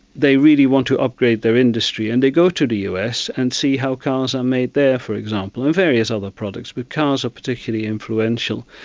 they really want to upgrade their industry and they go to the us and see how cars are made there, for example, and various other products, but cars are particularly influential.